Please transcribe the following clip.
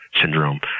syndrome